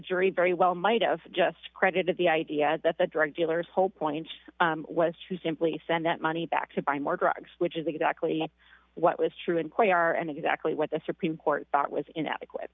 jury very well might have just credited the idea that the drug dealer's whole point was to simply send that money back to buy more drugs which is exactly what was true inquire and exactly what the supreme court thought was inadequate